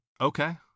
Okay